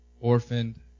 orphaned